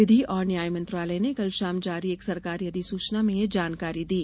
विधि और न्याय मंत्रालय ने कल शाम जारी एक सरकारी अधिसूचना में यह जानकारी दी